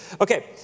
Okay